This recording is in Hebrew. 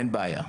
אין בעיה,